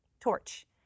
torch